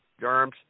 germs